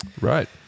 Right